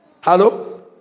Hello